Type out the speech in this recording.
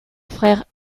frère